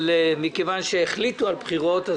מכיוון שהחליטו על בחירות,